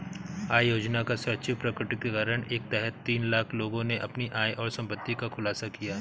आय योजना का स्वैच्छिक प्रकटीकरण के तहत तीन लाख लोगों ने अपनी आय और संपत्ति का खुलासा किया